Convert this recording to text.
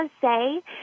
say